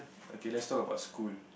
okay let's talk about school